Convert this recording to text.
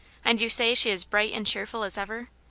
and you say she is bright and cheerful as ever?